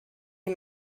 die